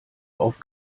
auf